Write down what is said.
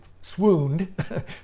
swooned